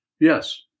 Yes